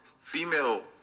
female